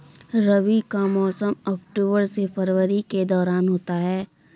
रबी का मौसम अक्टूबर से फरवरी के दौरान होता है